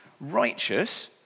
righteous